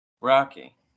Rocky